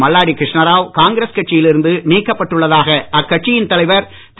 மல்லாடி கிருஷ்ணாராவ் காங்கிரஸ் கட்சியில் இருந்து நீக்கப்பட்டுள்ளதாக அக்கட்சியின் தலைவர் திரு